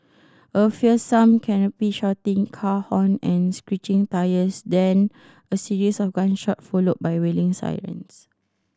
a fearsome cacophony of shouting car horn and screeching tyres then a series of gunshot followed by wailing sirens